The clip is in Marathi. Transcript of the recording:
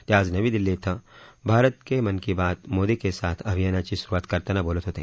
ते आज नवी दिल्ली थें भारत के मन की बात मोदी के साथ अभियानाची सुरुवात करताना बोलत होते